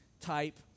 type